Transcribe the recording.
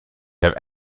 have